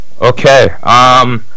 Okay